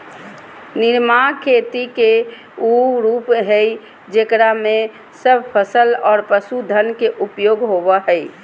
निर्वाह खेती के उ रूप हइ जेकरा में सब फसल और पशुधन के उपयोग होबा हइ